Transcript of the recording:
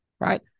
right